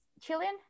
Chilean